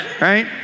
right